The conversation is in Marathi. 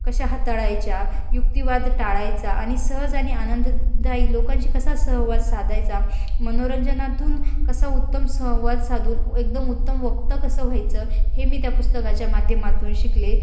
कशा हाताळायच्या युक्तिवाद टाळायचा आणि सहज आणि आनंददायी लोकांशी कसा संवाद साधायचा मनोरंजनातून कसा उत्तम संवाद साधून एकदम उत्तम वक्ता कसं व्हायचं हे मी त्या पुस्तकाच्या माध्यमातून शिकले